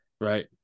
Right